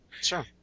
Sure